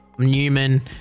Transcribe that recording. Newman